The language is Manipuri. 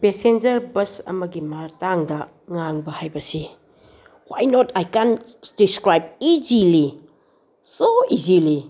ꯄꯦꯁꯦꯟꯖꯔ ꯕꯁ ꯑꯃꯒꯤ ꯃꯇꯥꯡꯗ ꯉꯥꯡꯕ ꯍꯥꯏꯕꯁꯤ ꯍ꯭ꯋꯥꯏ ꯅꯣꯠ ꯑꯥꯏ ꯀꯥꯟ ꯗꯤꯁꯀ꯭ꯔꯥꯏꯕ ꯏꯖꯤꯂꯤ ꯁꯣ ꯏꯖꯤꯂꯤ